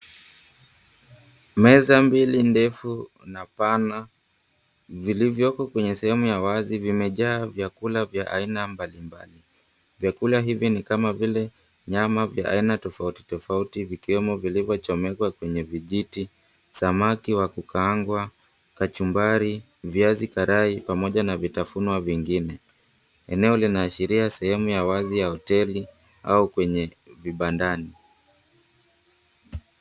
Meza mbili ndefu na pana vilivyoko kwenye sehemu ya wazi vimejaa vyakula vya aina mbalimbali. Vyakula hivi ni kama vile nyama aina tofauti tofauti vikiwwmo vilivyochomekwa kwenye vijiti samaki wa kukaangwa, kachumbari, viazi karai pamoja na vitafuno vingine. Eneo linaashiria sehemu ya wazi ya hoteli au kwenye vibandani.